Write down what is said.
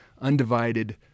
undivided